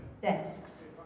desks